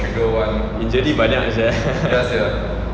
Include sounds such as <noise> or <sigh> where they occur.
injury banyak sia <laughs>